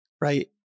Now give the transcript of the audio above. right